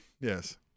Yes